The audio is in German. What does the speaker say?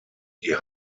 die